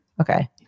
Okay